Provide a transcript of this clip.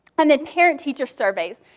and then parent teacher surveys.